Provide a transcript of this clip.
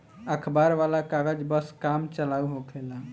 अखबार वाला कागज बस काम चलाऊ होखेला